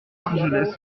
argelès